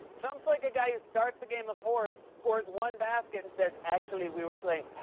trump's like a guy who starts a game of horse, scores one basket, and says, actually, we were playing